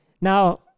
Now